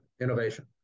innovation